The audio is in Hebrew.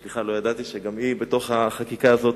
סליחה, לא ידעתי שגם היא בחקיקה הזאת.